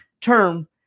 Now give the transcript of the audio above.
term